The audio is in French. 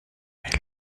mais